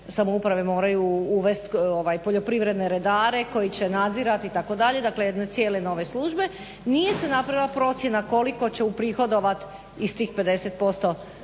samouprave moraju uvesti poljoprivredne redare koji će nadzirati, dakle jedne cijele nove službe. Nije se napravila procjena koliko će uprihodovat iz tih 50%